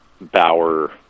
Bauer